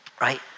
right